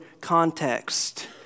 context